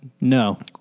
No